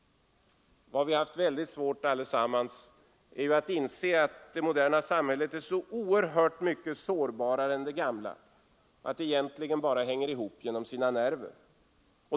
Vi har alla haft svårt att inse att det moderna samhället är oerhört mycket sårbarare än det gamla. Det hänger egentligen bara ihop tack vare sina nerver.